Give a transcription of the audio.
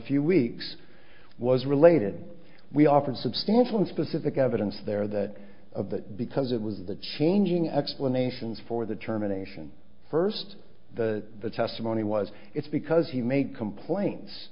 few weeks was related we offered substantial and specific evidence there that of that because it was the changing explanations for the terminations first the testimony was it's because he made complain